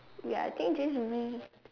ya I think just Reese